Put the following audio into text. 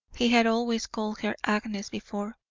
he had always called her agnes before.